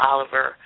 Oliver